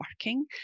working